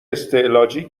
استعلاجی